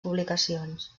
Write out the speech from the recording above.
publicacions